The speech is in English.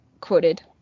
Quoted